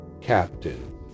captain